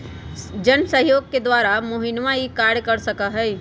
जनसहयोग के द्वारा मोहनवा ई कार्य कर सका हई